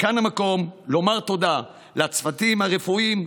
וכאן המקום לומר תודה לצוותים הרפואיים.